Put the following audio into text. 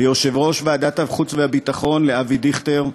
ליושב-ראש ועדת החוץ והביטחון אבי דיכטר,